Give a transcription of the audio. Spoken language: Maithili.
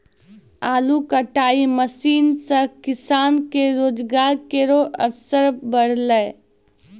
आलू कटाई मसीन सें किसान के रोजगार केरो अवसर बढ़लै